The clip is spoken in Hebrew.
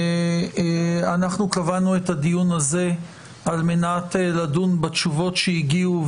אנחנו קבענו את הדיון הזה על מנת לדון בתשובות שהגיעו,